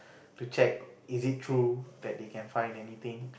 to check is it true that they can find anything